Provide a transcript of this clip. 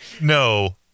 No